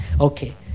Okay